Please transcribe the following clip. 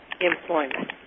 employment